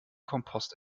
kompost